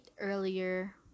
earlier